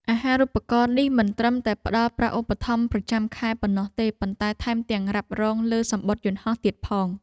អាហារូបករណ៍នេះមិនត្រឹមតែផ្តល់ប្រាក់ឧបត្ថម្ភប្រចាំខែប៉ុណ្ណោះទេ ប៉ុន្តែថែមទាំងរ៉ាប់រងលើសំបុត្រយន្តហោះទៀតផង។